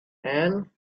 and